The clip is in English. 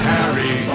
Harry